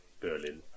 Berlin